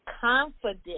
confident